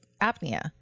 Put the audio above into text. apnea